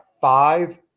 five